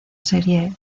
serie